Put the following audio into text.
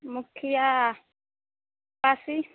मुखिया काशी